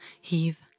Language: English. Heave